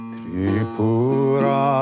Tripura